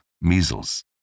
measles